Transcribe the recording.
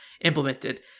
implemented